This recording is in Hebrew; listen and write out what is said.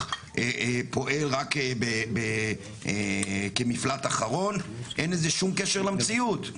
פועל רק כמפלט אחרון אין לזה שום קשר למציאות.